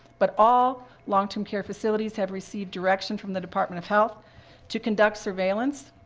but all long-term care facilities have received direction from the department of health to conduct surveillance.